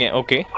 okay